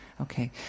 Okay